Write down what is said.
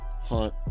hunt